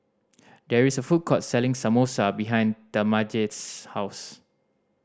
there is a food court selling Samosa behind Talmadge's house